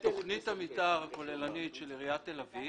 תכנית המתאר הכוללנית של עיריית תל אביב